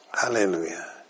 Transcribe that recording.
Hallelujah